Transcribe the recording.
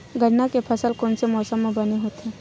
गन्ना के फसल कोन से मौसम म बने होथे?